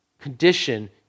condition